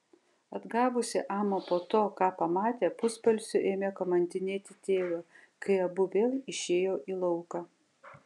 atgavusi amą po to ką pamatė pusbalsiu ėmė kamantinėti tėvą kai abu vėl išėjo į lauką